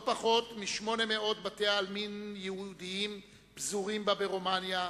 לא פחות מ-800 בתי-עלמין יהודיים פזורים בה ברומניה,